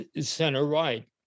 center-right